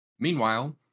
Meanwhile